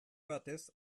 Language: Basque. batez